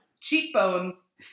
cheekbones